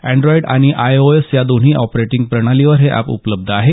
Android आणि iOS या दोन्ही ऑपरेटिंग प्रणालींवर हे अॅप उपलब्ध आहे